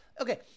okay